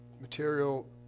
material